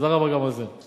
תודה רבה גם על זה.